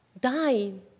dying